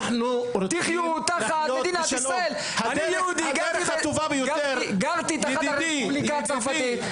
אני יהודי וגרתי תחת השלטון של הרפובליקה הצרפתית.